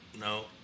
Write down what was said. No